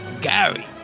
Gary